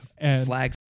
Flags